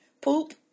poop